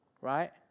right